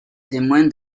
témoin